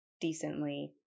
decently